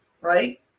right